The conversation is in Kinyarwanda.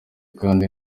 kandi